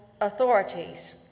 authorities